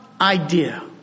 idea